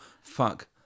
fuck